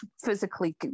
physically